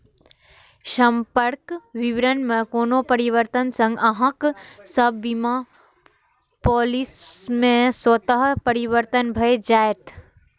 संपर्क विवरण मे कोनो परिवर्तन सं अहांक सभ बीमा पॉलिसी मे स्वतः परिवर्तन भए जाएत